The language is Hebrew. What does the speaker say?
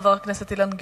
חבר הכנסת אילן גילאון.